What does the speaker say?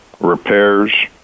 repairs